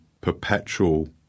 perpetual